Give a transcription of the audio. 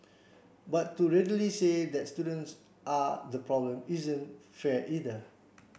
but to readily say that students are the problem isn't fair either